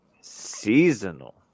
Seasonal